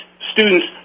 students